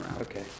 Okay